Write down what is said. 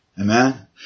Amen